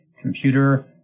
computer